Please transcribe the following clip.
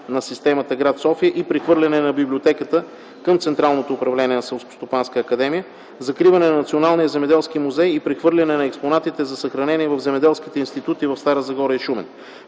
на системата – гр. София и прехвърляне на библиотеката към централно управление на Селскостопанска академия; - закриване на Националния земеделски музей и прехвърляне на експонатите за съхранение в земеделските институти в Стара Загора и Шумен;